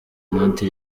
noti